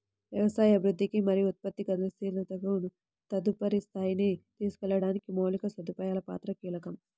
వ్యవసాయ అభివృద్ధికి మరియు ఉత్పత్తి గతిశీలతను తదుపరి స్థాయికి తీసుకెళ్లడానికి మౌలిక సదుపాయాల పాత్ర కీలకం